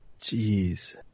Jeez